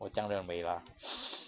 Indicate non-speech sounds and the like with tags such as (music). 我这样认为 lah (noise)